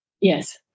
yes